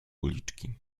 uliczki